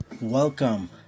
Welcome